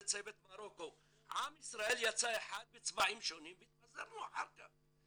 צוות מרוקו" עם ישראל יצא אחד בצבעים שונים והתפזרנו אחר כך.